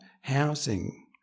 housing